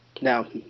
Now